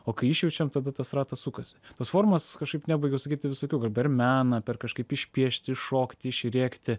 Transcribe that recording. o kai išjaučiam tada tas ratas sukasi tos formos kažkaip nebaigiau sakyti visokių per meną per kažkaip išpiešti iššokti išrėkti